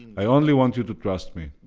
i only want you to trust me.